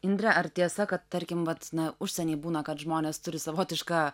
indre ar tiesa kad tarkim vat na užsieny būna kad žmonės turi savotišką